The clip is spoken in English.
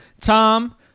Tom